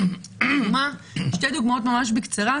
אני אתן שתי דוגמאות ממש בקצרה.